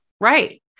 Right